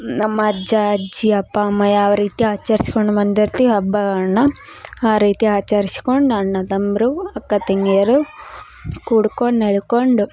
ನಮ್ಮ ಅಜ್ಜ ಅಜ್ಜಿ ಅಪ್ಪ ಅಮ್ಮ ಯಾವ ರೀತಿ ಆಚರ್ಸಿಕೊಂಡು ಬಂದಿರ್ತೀವಿ ಹಬ್ಬಗಳನ್ನ ಆ ರೀತಿ ಆಚರ್ಸ್ಕೊಂಡು ಅಣ್ಣ ತಮ್ಮರು ಅಕ್ಕ ತಂಗಿಯರು ಕೂಡ್ಕೊಂಡು ನಲಿಕೊಂಡು